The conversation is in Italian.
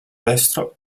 destro